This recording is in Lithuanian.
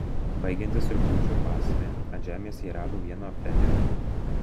baigiantis rugpjūčiui ir vasarai ant žemės jie rado vieną pfenigą